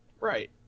Right